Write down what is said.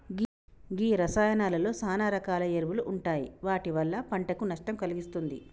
గీ రసాయానాలలో సాన రకాల ఎరువులు ఉంటాయి వాటి వల్ల పంటకు నష్టం కలిగిస్తుంది